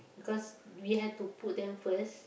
because we have to put them first